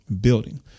building